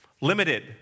limited